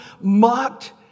mocked